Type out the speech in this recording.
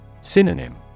Synonym